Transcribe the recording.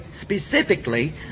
specifically